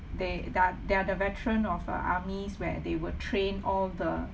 they they're they're the veteran of uh armies where they will train all the